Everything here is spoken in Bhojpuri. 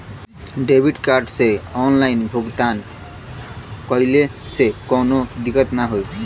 डेबिट कार्ड से ऑनलाइन भुगतान कइले से काउनो दिक्कत ना होई न?